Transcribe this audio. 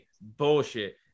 Bullshit